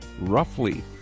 Roughly